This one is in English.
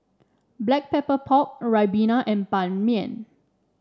Black Pepper Pork Ribena and Ban Mian